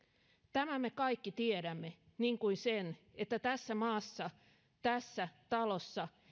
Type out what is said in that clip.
tämän me kaikki tiedämme niin kuin sen että tässä maassa ja tässä talossa